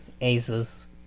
Aces